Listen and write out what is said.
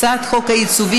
הצעת חוק העיצובים,